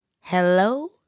Hello